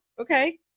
okay